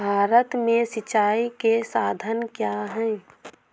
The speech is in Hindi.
भारत में सिंचाई के साधन क्या है?